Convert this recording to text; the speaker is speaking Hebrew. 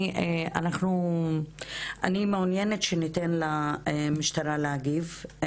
אני מעוניינת שניתן למשטרה להגיב.